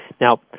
Now